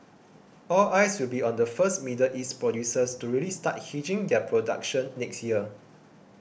all eyes will be on the first Middle East producers to really start hedging their production next year